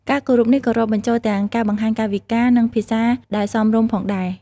ការគោរពនេះក៏រាប់បញ្ចូលទាំងការបង្ហាញកាយវិការ និងភាសាដែលសមរម្យផងដែរ។